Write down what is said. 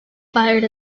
fired